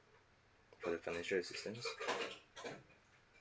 for the financial assistance